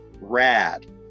Rad